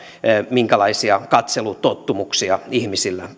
minkälaisia katselutottumuksia ihmisillä